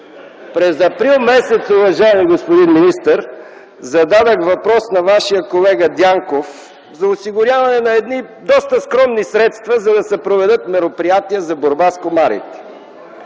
През април месец, уважаеми господин министър, зададох въпрос на Вашия колега Дянков за осигуряване на едни доста скромни средства, за да се проведат мероприятия за борба с комарите.